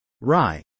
Rye